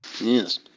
Yes